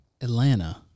Atlanta